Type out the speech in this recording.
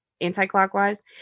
anti-clockwise